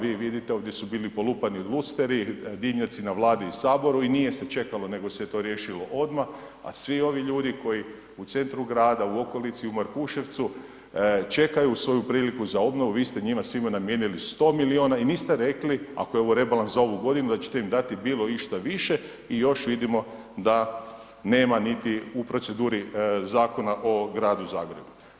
Vi vidite ovdje su bili polupani lusteri, dimnjaci na Vladi i saboru i nije se čekalo nego se to riješilo odmah, a svi ovi ljudi koji u centru grada, u okolici, u Markuševcu čekaju svoju priliku za obnovu vi ste njima svima namijenili 100 miliona i niste rekli ako je ovo rebalans za ovu godinu da ćete im dati bilo išta više i još vidimo da nema niti u proceduri Zakona o Gradu Zagrebu.